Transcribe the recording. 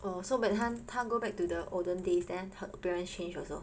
oh so 他 go back to the olden days then her appearance change also